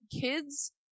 kids